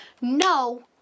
No